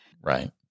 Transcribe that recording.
Right